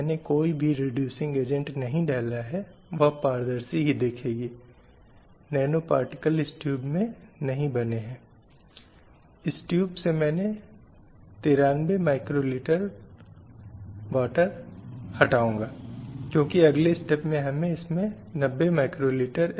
अब अंग्रेजों के आने के साथ ही व्यवस्था में बदलाव या धारणा में बदलाव आया क्योंकि पश्चिमी प्रभाव और शिक्षा थी जो पूरी सामाजिक समझ और विश्वास में ताजी हवा देने के लिए आई थी